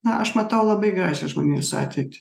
na aš matau labai gražią žmonijos ateitį